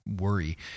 worry